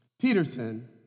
Peterson